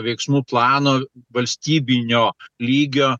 veiksmų plano valstybinio lygio